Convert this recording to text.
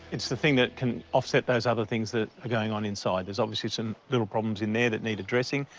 it's the thing that can offset those other things that are going on inside. there's obviously some little problems in there that need addressing,